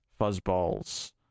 fuzzballs